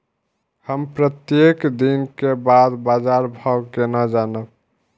हम प्रत्येक दिन के बाद बाजार भाव केना जानब?